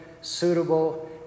suitable